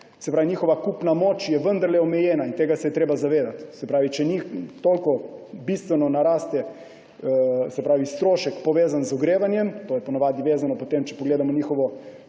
se pravi, njihova kupna moč je vendarle omejena in tega se je treba zavedati. Se pravi, če bistveno naraste strošek, povezan z ogrevanjem – to je po navadi vezano, če pogledamo njihovo